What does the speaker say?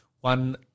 one